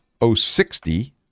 060